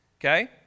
okay